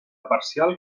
parcial